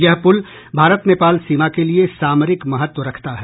यह पुल भारत नेपाल सीमा के लिए सामरिक महत्व रखता है